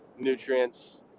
nutrients